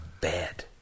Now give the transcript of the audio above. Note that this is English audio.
bed